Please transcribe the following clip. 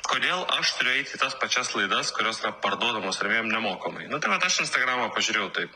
kodėl aš turiu eit į tas pačias laidas kurios yra parduodamos rėmėjam nemokamai nu tai vat aš į instagramą pažiūrėjau taip